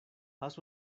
haz